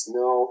no